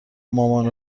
مامان